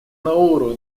науру